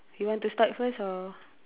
you want to start first or